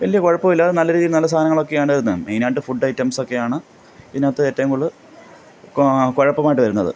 വലിയ കുഴപ്പമില്ലാതെ നല്ല രീതിയിൽ നല്ല സാധനങ്ങളൊക്കെയാണ് വരുന്നത് മെയിനായിട്ട് ഫുഡ് ഐറ്റംസൊക്കെയാണ് ഇതിനകത്ത് ഏറ്റവും കൂടുതൽ കുഴപ്പമായിട്ട് വരുന്നത്